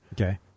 okay